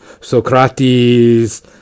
Socrates